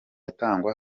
atangwa